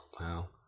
Wow